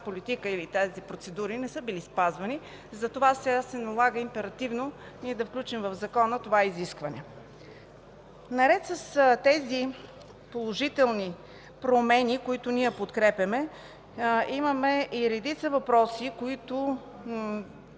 политика или тези процедури не са били спазвани. Затова сега се налага императивно ние да включим в законопроекта това изискване. Наред с тези положителни промени, които подкрепяме, имаме и редица въпроси, които